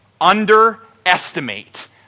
underestimate